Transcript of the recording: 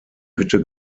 hütte